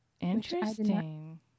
Interesting